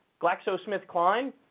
GlaxoSmithKline